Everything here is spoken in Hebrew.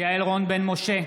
יעל רון בן משה,